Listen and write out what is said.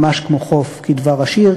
ממש כמו חוף, כדבר השיר.